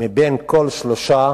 מכל שלושה